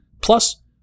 Plus